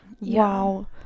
Wow